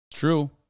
True